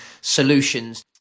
solutions